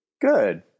Good